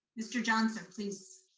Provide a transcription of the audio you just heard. mr. johnson, please.